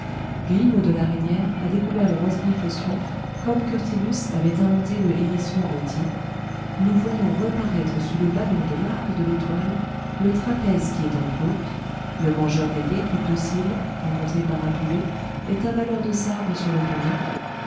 grimod de la reynière a découvert le roastbeef au suif comme curtillus avait inventé le hérisson rôti nous voyons reparaître sous le ballon de l'arc de l'étoile le trapèze qui est dans plaute le mangeur d'épées du poecile rencontré par apulée est avaleur de sabres sur le pont-neuf